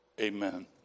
Amen